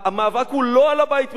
המאבק הוא לא על הבית במגרון,